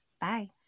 Bye